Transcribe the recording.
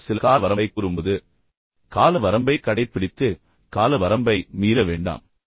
எனவே நீங்கள் சில கால வரம்பைக் கூறும்போது எனவே கால வரம்பை கடைப்பிடித்து கால வரம்பை மீற வேண்டாம்